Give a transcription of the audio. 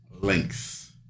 links